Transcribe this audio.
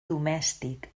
domèstic